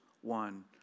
one